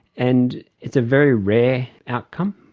and it's a very rare outcome.